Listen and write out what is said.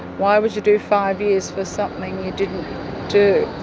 why would you do five years for something you didn't do?